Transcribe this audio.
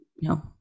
No